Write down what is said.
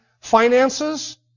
Finances